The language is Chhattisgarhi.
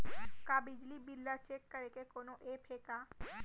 का बिजली बिल ल चेक करे के कोनो ऐप्प हे का?